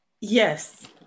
Yes